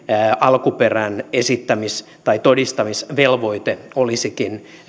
alkuperän esittämis tai todistamisvelvoite olisikin